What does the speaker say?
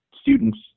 students